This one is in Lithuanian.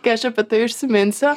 kai aš apie tai užsiminsiu